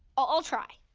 i'll try.